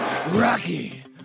Rocky